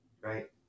right